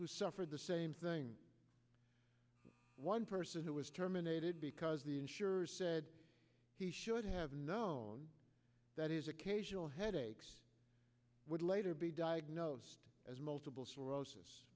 who suffered the same thing one person who was terminated because the insurer said he should have known that his occasional headaches would later be diagnosed as multiple sclerosis